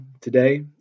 today